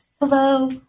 Hello